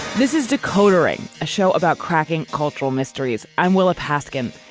this is decoder ring, a show about cracking cultural mysteries. i'm willa paskin.